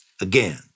Again